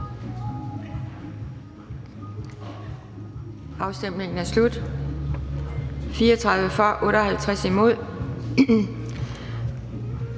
Afstemningen er slut. For stemte